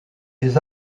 des